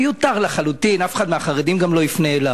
מיותר לחלוטין, אף אחד מהחרדים גם לא יפנה אליו.